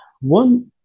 one